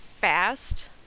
fast